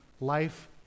life